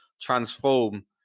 transform